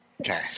Okay